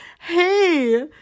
hey